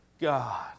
God